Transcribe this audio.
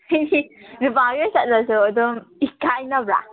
ꯅꯨꯄꯥꯈꯩ ꯆꯠꯂꯁꯨ ꯑꯗꯨꯝ ꯏꯀꯥꯏꯅꯕ꯭ꯔꯥ